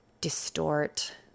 distort